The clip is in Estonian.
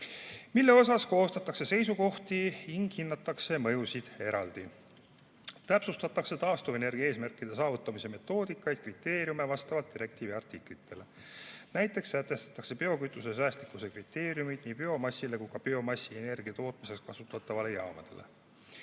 mille osas koostatakse seisukohti ning hinnatakse mõjusid eraldi. Täpsustatakse taastuvenergia eesmärkide saavutamise metoodikaid, kriteeriume vastavalt direktiivi artiklitele. Näiteks sätestatakse biokütuse säästlikkuse kriteeriumid nii biomassile kui ka biomassi energiatootmises kasutatavatele jaamadele.